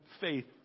faith